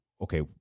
Okay